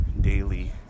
daily